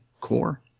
core